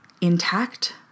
intact